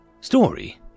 Story